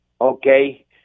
okay